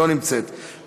לא נמצאת,